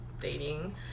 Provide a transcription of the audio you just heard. dating